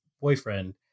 boyfriend